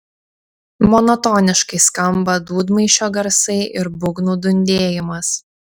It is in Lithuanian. monotoniškai skamba dūdmaišio garsai ir būgnų dundėjimas